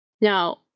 Now